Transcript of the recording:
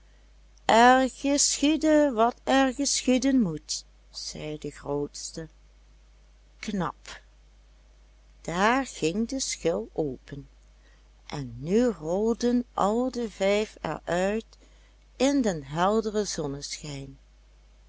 er geschiede wat er geschieden moet zei de grootste knap daar ging de schil open en nu rolden al de vijf er uit in den helderen zonneschijn